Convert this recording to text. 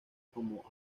como